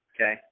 Okay